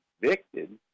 convicted